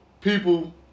people